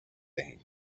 دهیم